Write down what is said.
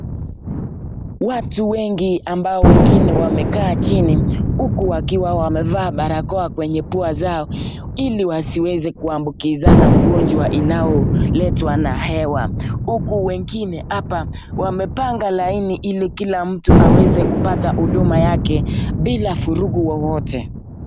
Watu wengi ambao wengine wamekaa chini huku wakiwa wamevaa barakoa kwenye mapua zao ili wasiweze kuambukizana ugonjwa inayoletwa na hewa huku wengine hapa wamepanga laini ili kila mtu aweze kupata huduma yake bila vurugu yoyote.